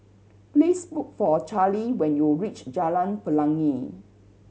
please look for Charley when you reach Jalan Pelangi